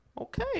okay